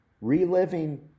reliving